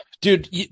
Dude